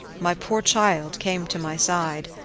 my poor child came to my side,